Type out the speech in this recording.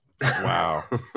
Wow